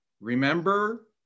remember